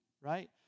right